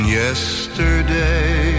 yesterday